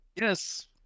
Yes